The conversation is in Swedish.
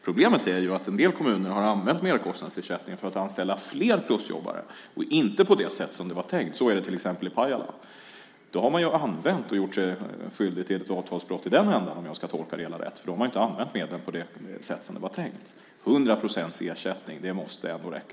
Problemet är att en del kommuner har använt merkostnadsersättningen för att anställa fler plusjobbare och inte på det sätt som det var tänkt. Så är det till exempel i Pajala. Då har man ju gjort sig skyldig till ett avtalsbrott i den änden, om jag ska tolka det hela rätt, för då har man ju inte använt medlen på det sätt som var tänkt. 100 procents ersättning måste ändå räcka.